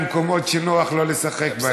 הוא מושך אותך למקומות שנוח לו לשחק בהם.